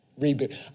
Reboot